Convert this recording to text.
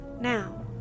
Now